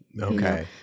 Okay